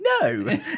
no